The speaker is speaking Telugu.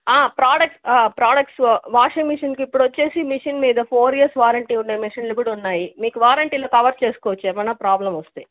ప్రోడక్ట్ ఆ ప్రొడక్ట్స్ వాషింగ్మిషన్కి ఇప్పుడొచ్చేసి మిషన్ మీద ఫోర్ ఇయర్స్ వారెంటీ ఉండే మిషన్లు కూడా ఉన్నాయి మీరు వారెంటీలూ కవర్ చేసుకోవచ్చు ఏమన్నా ప్రాబ్లం వస్తే